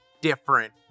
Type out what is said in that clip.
different